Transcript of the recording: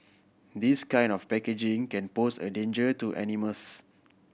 this kind of packaging can pose a danger to animals